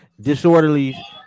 disorderly